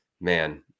man